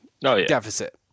deficit